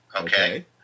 Okay